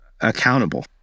accountable